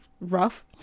rough